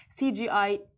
CGI